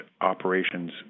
operations